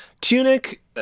Tunic